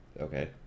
Okay